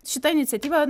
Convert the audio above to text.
šita iniciatyva